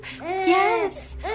Yes